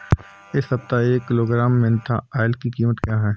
इस सप्ताह एक किलोग्राम मेन्था ऑइल की कीमत क्या है?